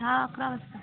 दहा अकरा वाजता